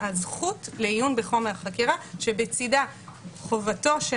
הזכות לעיון בחומר החקירה שבצדה חובתו של